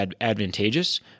advantageous